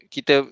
Kita